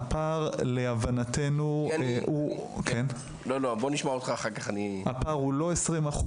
הפער להבנתנו הוא לא 20%,